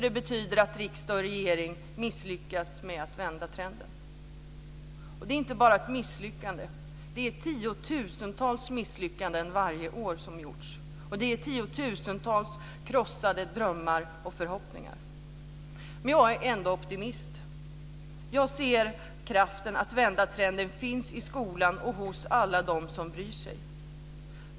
Det betyder att riksdag och regering har misslyckats med att vända trenden. Det är inte bara ett misslyckande, utan det har gjorts tiotusentals misslyckande varje år och det handlar om tiotusentals krossade drömmar och förhoppningar. Jag är ändå optimist. Jag ser att kraften att vända trenden finns i skolan och hos alla dem som bryr sig.